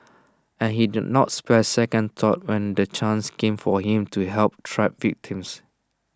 and he did not spare second thought when the chance came for him to help trapped victims